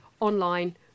online